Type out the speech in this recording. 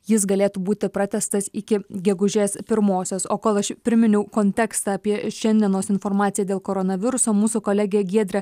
jis galėtų būti pratęstas iki gegužės pirmosios o kol aš priminiau kontekstą apie šiandienos informaciją dėl koronaviruso mūsų kolegė giedrė